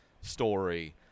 story